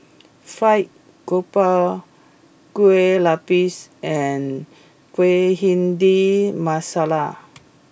Fried Grouper Kueh Lapis and Bhindi Masala